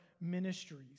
ministries